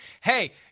Hey